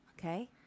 Okay